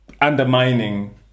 undermining